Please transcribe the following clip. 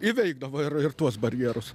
įveikdavo ir ir tuos barjerus